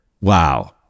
Wow